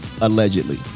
allegedly